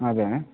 हजुर